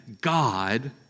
God